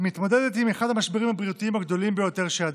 מתמודדת עם אחד המשברים הבריאותיים הגדולים ביותר שידענו.